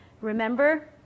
remember